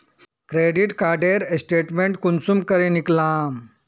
Credit कार्डेर statement कुंसम करे निकलाम?